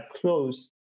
close